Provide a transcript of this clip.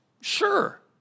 Sure